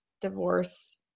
divorce